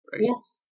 Yes